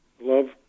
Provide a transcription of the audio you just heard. love